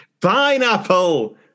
Pineapple